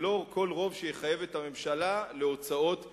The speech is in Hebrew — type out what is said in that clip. ולא כל רוב יחייב את הממשלה להוצאות תקציביות.